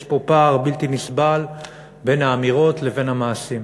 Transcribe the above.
יש פה פער בלתי נסבל בין האמירות לבין המעשים,